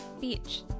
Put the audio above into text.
Beach